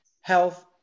health